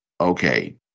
okay